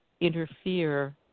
interfere